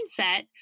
mindset